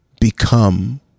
become